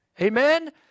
Amen